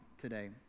today